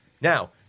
Now